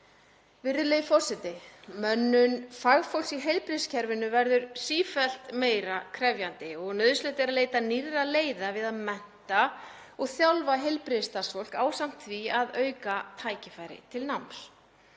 Virðulegi forseti. Mönnun fagfólks í heilbrigðiskerfinu verður sífellt meira krefjandi og nauðsynlegt er að leita nýrra leiða við að mennta og þjálfa heilbrigðisstarfsfólk ásamt því að auka tækifæri til náms.